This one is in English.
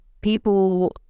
people